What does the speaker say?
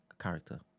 character